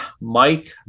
Mike